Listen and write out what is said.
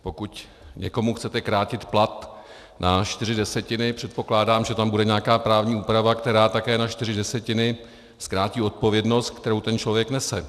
Pokud někomu chcete krátit plat na čtyři desetiny, předpokládám, že tam bude nějaká právní úprava, která také na čtyři desetiny zkrátí odpovědnost, kterou ten člověk nese.